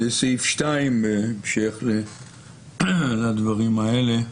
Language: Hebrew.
לסעיף 2, בהמשך לדברים האלה.